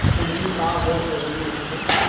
पूंजी का बार जरूरी हो थे?